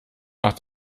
nach